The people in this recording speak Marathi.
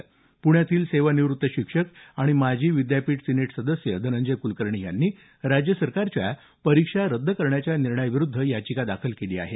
पृण्यातील सेवानिवृत्त शिक्षक आणि माजी विद्यापीठ सिनेट सदस्य धनंजय कूलकर्णी यांनी राज्य सरकारच्या परीक्षा रद्द करण्याच्या निर्णयाविरूद्ध याचिका दाखल केली आहे